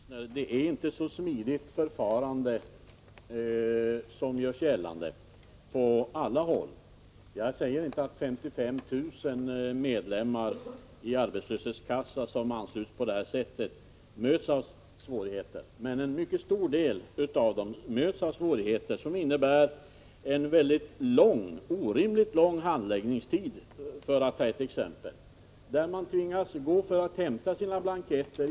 Fru talman! Nej, Lahja Exner, det är inte på alla håll ett så smidigt förfarande som görs gällande. Jag säger inte att 55 000 medlemmar i arbetslöshetskassa som ansluts på det här sättet möts av svårigheter, men en mycket stor del av dem möts av svårigheter som innebär en orimligt lång handläggningstid, för att ta ett exempel, och de tvingas hämta sina blanketter.